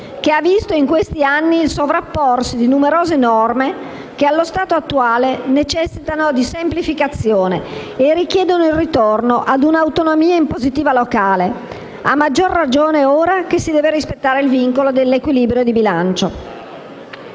che ha visto in questi anni il sovrapporsi di numerose norme, che allo stato attuale necessitano di semplificazione e richiedono il ritorno ad una autonomia impositiva locale, a maggior ragione ora che si deve rispettare il vincolo dell'equilibrio di bilancio.